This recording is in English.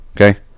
Okay